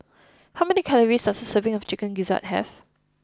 how many calories does a serving of Chicken Gizzard have